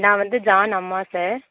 நான் வந்து ஜான் அம்மா சார்